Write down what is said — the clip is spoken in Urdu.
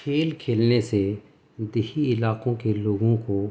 کھیل کھیلنے سے دیہی علاقوں کے لوگوں کو